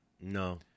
No